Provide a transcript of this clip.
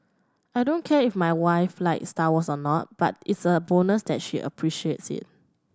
I don't care if my wife likes Star Wars or not but it's a bonus that she appreciates it